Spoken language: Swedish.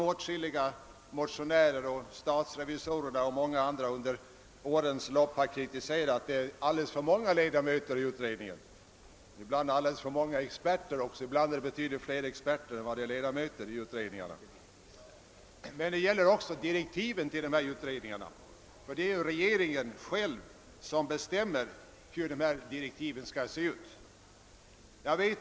Åtskilliga motionärer, statsrevisorerna och många andra har under årens lopp kritiserat det förhållandet att det är alldeles för många ledamöter i utredningarna och även för många experter — ibland finns det där fler experter än ledamöter. Men frågan gäller också direktiven till utredningarna. Det är ju regeringen som själv bestämmer hur direktiven skall utformas.